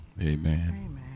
Amen